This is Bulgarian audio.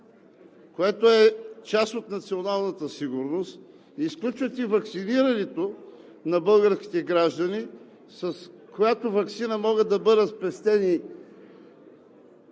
което е част от националната сигурност, изключвате ваксинирането на българските граждани, с която ваксина могат да бъдат спестени